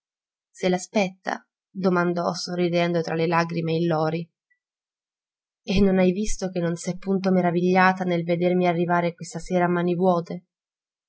se l'aspetta domandò sorridendo tra le lagrime il lori e non hai visto che non s'è punto meravigliata nel vedermi arrivare questa sera a mani vuote